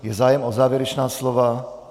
Je zájem o závěrečná slova?